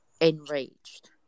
enraged